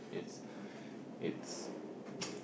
it's it's